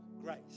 grace